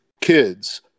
kids